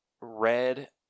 Red